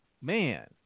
man –